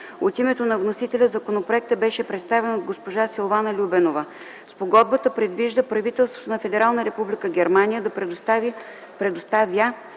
От името на вносителя законопроектът беше представен от госпожа Силвана Любенова. Спогодбата предвижда правителството на Федерална република Германия да предоставя